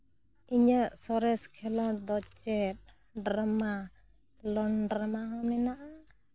ᱤᱧᱟᱹᱜ ᱥᱚᱨᱮᱥ ᱠᱷᱮᱞᱚᱸᱰ ᱫᱚ ᱪᱮᱫ ᱰᱨᱟᱢᱟ ᱞᱚᱝ ᱰᱨᱟᱢᱟ ᱦᱚᱸ ᱢᱮᱱᱟᱜᱼᱟ